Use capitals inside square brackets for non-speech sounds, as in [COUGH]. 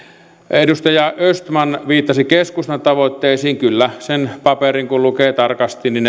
edustaja östman viittasi keskustan tavoitteisiin kyllä sen paperin kun lukee tarkasti niin [UNINTELLIGIBLE]